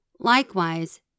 Likewise